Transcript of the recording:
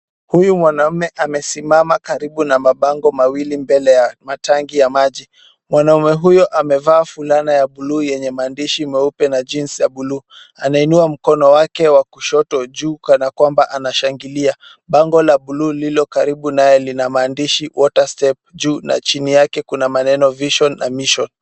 Huyu mwanaume amesimama karibu na mabango mawili mbele ya matangi ya maji. Mwanaume huyu amevaa fulana ya buluu yenye maandishi meupe na jeans ya buluu. Anainua mkono wake wa kushoto juu kana kwamba anashangilia. Bango la buluu lilo karibu naye lina maandshi water step juu na chini yake kuna maneno vision na mission .